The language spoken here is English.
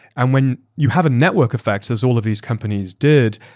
and when you have a network effect, as all of these companies did,